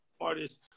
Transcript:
artists